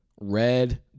red